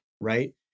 right